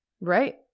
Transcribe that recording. Right